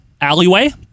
Alleyway